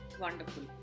wonderful